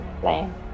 playing